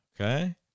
okay